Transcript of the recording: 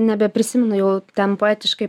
nebeprisimenu jau ten poetiškai